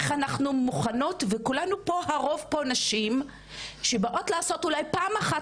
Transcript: איך אנחנו מוכנות וכולנו פה הרוב פה נשים שבאות לעשות אולי פעם אחת